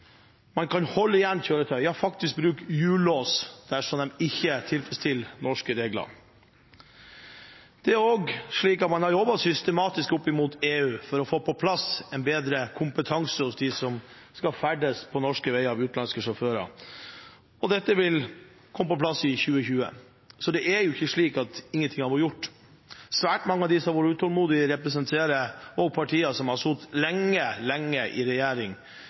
man kan holde igjen kjøretøy og faktisk bruke hjullås dersom de ikke tilfredsstiller norske regler. Man har også jobbet systematisk opp mot EU for å få på plass bedre kompetanse hos utenlandske sjåfører som skal ferdes på norske veier. Dette vil komme på plass i 2020. Så det er ikke slik at ingenting har vært gjort. Svært mange av dem som har vært utålmodige, representerer partier som har sittet lenge, lenge i regjering